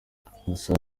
agasaba